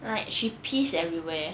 like she pees everywhere